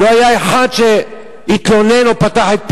לא היה אחד שהתלונן או פתח את פיו,